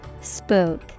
Spook